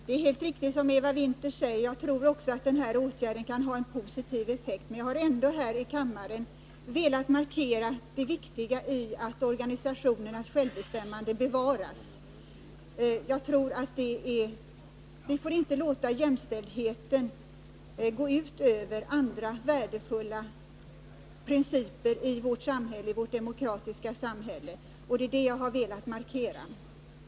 Herr talman! Det är helt riktigt som Eva Winther säger, och jag tror också att denna åtgärd kan ha en positiv effekt. Men jag har ändå här i kammaren velat markera det viktiga i att organisationernas självbestämmande bevaras. Vi får inte låta jämställdheten gå ut över andra värdefulla principer i vårt demokratiska samhälle. Det är detta jag har velat markera.